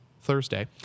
Thursday